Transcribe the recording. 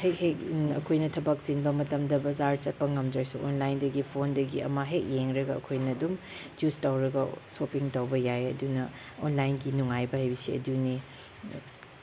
ꯍꯦꯛ ꯍꯦꯛ ꯑꯩꯈꯣꯏꯅ ꯊꯕꯛ ꯆꯤꯟꯕ ꯃꯇꯝꯗ ꯕꯖꯥꯔ ꯆꯠꯄ ꯉꯝꯗ꯭ꯔꯁꯨ ꯑꯣꯟꯂꯥꯏꯟꯗꯒꯤ ꯐꯣꯟꯗꯒꯤ ꯑꯃ ꯍꯦꯛ ꯌꯦꯡꯂꯒ ꯑꯩꯈꯣꯏꯅ ꯑꯗꯨꯝ ꯆꯨꯁ ꯇꯧꯔꯒ ꯁꯣꯄꯤꯡ ꯇꯧꯕ ꯌꯥꯏꯌꯦ ꯑꯗꯨꯅ ꯑꯣꯟꯂꯥꯏꯟꯒꯤ ꯅꯨꯡꯉꯥꯏꯕ ꯍꯥꯏꯕꯁꯤ ꯑꯗꯨꯅꯤ